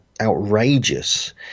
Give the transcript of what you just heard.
outrageous